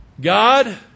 God